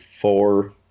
four